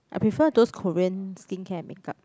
I prefer those Korean skincare make up